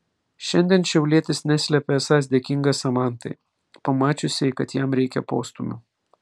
šiandien šiaulietis neslepia esąs dėkingas samantai pamačiusiai kad jam reikia postūmio